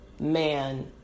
Man